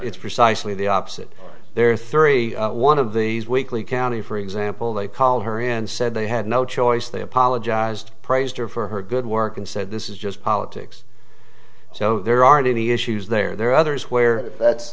it's precisely the opposite there are three one of these weekly county for example they call her and said they had no choice they apologized praised her for her good work and said this is just politics so there aren't any issues there there are others where that's